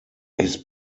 his